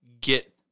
get